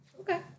Okay